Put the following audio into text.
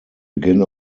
begin